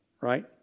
Right